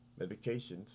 medications